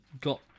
got